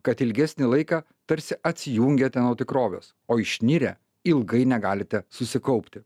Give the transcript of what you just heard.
kad ilgesnį laiką tarsi atsijungiate nuo tikrovės o išnirę ilgai negalite susikaupti